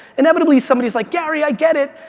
inevitably somebody's like, gary, i get it,